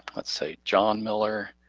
let's say john miller,